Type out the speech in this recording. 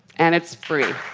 and it's free.